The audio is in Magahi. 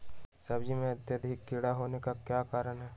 सब्जी में अत्यधिक कीड़ा होने का क्या कारण हैं?